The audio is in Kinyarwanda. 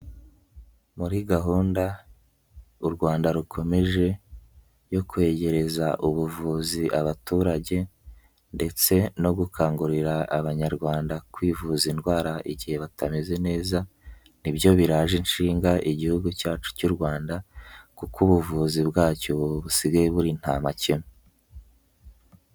Muri gahunda u Rwanda rukomeje yo kwegereza ubuvuzi abaturage ndetse no gukangurira Abanyarwanda kwivuza indwara igihe batameze neza ni byo biraje inshinga Igihugu cyacu cy'u Rwanda kuko ubuvuzi bwacyo busigaye buri nta makemwa.